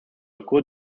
occur